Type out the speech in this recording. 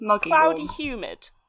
cloudy-humid